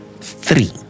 three